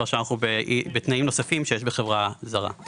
תנאים נוספים שיש בחברה זרה.